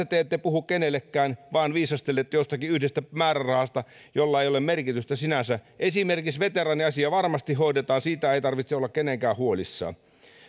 te ette puhu kenellekään vaan viisastelette jostakin yhdestä määrärahasta jolla ei ole merkitystä sinänsä esimerkiksi veteraaniasia varmasti hoidetaan siitä ei tarvitse olla kenenkään huolissaan